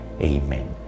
Amen